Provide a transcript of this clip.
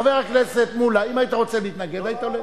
חבר הכנסת מולה, אם היית רוצה להתנגד היית, לא.